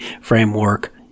framework